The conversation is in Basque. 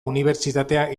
unibertsitatea